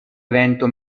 evento